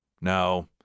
no